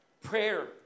Prayer